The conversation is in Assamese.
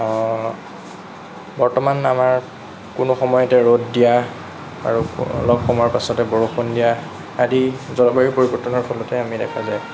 বৰ্তমান আমাৰ কোনো সময়তে ৰ'দ দিয়া আৰু অলপ সময়ৰ পাছতে বৰষুণ দিয়া আদি জলবায়ুৰ পৰিৱৰ্তনৰ ফলতে আমি দেখা পাওঁ